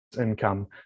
income